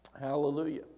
Hallelujah